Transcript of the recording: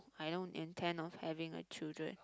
I don't intend of having a children